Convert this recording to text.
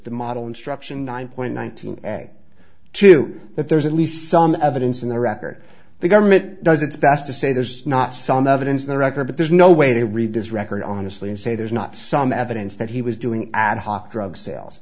the model instruction nine point one thousand and two that there's at least some evidence in the record the government does its best to say there's not some evidence in the record that there's no way to read this record honestly and say there's not some evidence that he was doing ad hoc drug sales